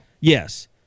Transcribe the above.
Yes